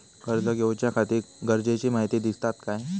कर्ज घेऊच्याखाती गरजेची माहिती दितात काय?